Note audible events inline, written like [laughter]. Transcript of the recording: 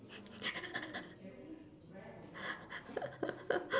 [laughs]